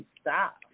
Stop